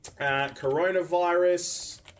Coronavirus